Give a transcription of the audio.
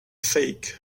fake